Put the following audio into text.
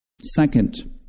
Second